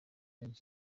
menshi